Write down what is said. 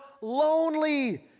lonely